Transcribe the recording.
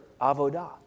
avodah